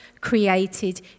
created